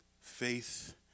Faith